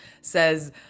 says